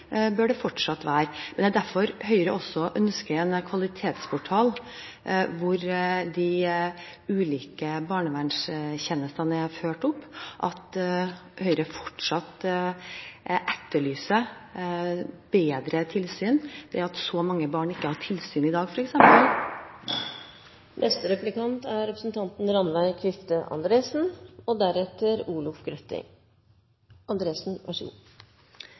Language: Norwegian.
bør det fortsatt være. Det er derfor Høyre også ønsker en kvalitetsportal hvor de ulike barnevernstjenestene er ført opp, og Høyre etterlyser fortsatt bedre tilsyn. Det at så mange barn ikke har tilsyn i dag Høyre ønsker jo å overlate mye mer av barnevernet til kommunene, og at det er